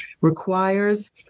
requires